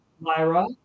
Lyra